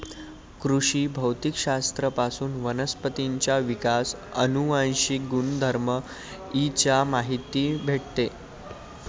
कृषी भौतिक शास्त्र पासून वनस्पतींचा विकास, अनुवांशिक गुणधर्म इ चा माहिती भेटते